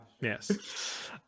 Yes